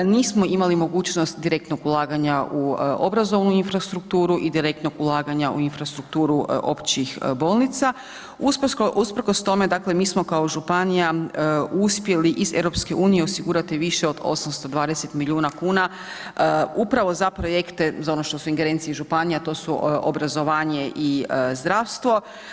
Nismo imali mogućnost direktnog ulaganja u obrazovnu infrastrukturu i direktnog ulaganja u infrastrukturu općih bolnica, usprkos tome mi smo kao županija uspjeli iz EU osigurati više od 820 milijuna kuna upravo za projekte za ono što su ingerencije županija, to su obrazovanje i zdravstvo.